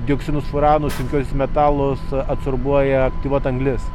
dioksinus furanus sunkiuosius metalus absorbuoja aktyvuota anglis